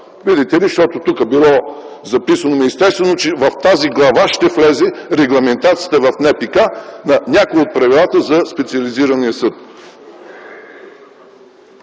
Видите ли, защото тук било записано – ами естествено, че в тази глава ще влезе регламентацията в НПК на някои от правилата за специализирания съд.